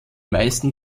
meisten